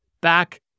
back